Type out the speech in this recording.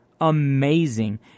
amazing